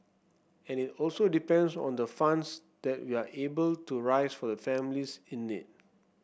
and it also depends on the funds that we are able to raise for the families in need